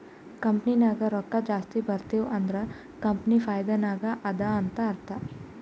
company ನಾಗ್ ರೊಕ್ಕಾ ಜಾಸ್ತಿ ಬರ್ತಿವ್ ಅಂದುರ್ ಕಂಪನಿ ಫೈದಾ ನಾಗ್ ಅದಾ ಅಂತ್ ಅರ್ಥಾ